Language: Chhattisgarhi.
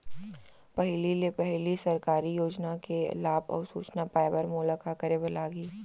पहिले ले पहिली सरकारी योजना के लाभ अऊ सूचना पाए बर मोला का करे बर लागही?